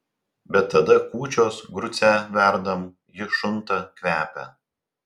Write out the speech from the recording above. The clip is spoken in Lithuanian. bet tada kūčios grucę verdam ji šunta kvepia